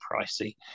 pricey